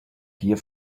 dear